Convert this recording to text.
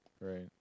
Right